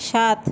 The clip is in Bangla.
সাত